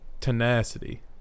tenacity